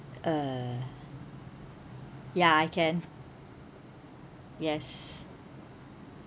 uh ya I can yes